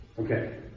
Okay